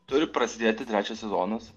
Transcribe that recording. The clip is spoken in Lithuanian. turi prasidėti trečias sezonas